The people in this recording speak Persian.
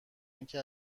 اینکه